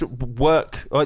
work